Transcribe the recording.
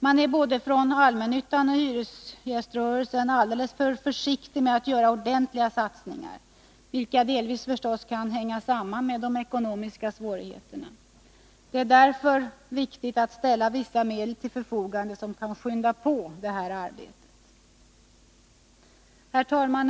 Man är från både allmännyttan och hyresgäströrelsen alltför försiktig med att göra ordentliga satsningar, vilket delvis kan sammanhänga med de ekonomiska svårigheterna. Det är därför viktigt att ställa vissa medel till förfogande som kan skynda på detta arbete.